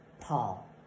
Paul